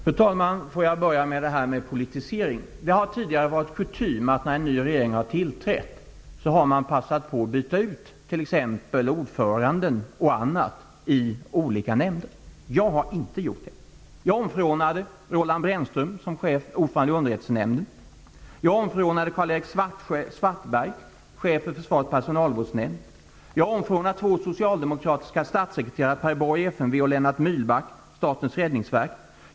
Fru talman! Låt mig börja med frågan om politisering. Tidigare har det varit kutym att man när en ny regering tillträtt passat på att byta ut exempelvis ordföranden i olika nämnder. Jag har inte gjort det! Jag omförordnade Roland Brännström, ordförande i Försvarets underrättelsenämnd. Jag omförordnade Karl-Erik Svartberg, ordförande för Försvarets personalvårdsnämnd, och jag omförordnade två socialdemokratiska statssekreterare: Per Borg, Försvarets materielverk och Lennart Myhlback, Statens räddningsverk.